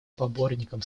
поборником